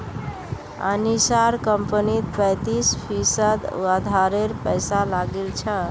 अनीशार कंपनीत पैंतीस फीसद उधारेर पैसा लागिल छ